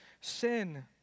sin